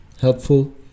helpful